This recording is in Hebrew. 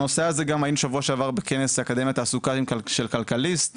היינו בשבוע שעבר בכנס אקדמיה תעסוקה של כלכליסט,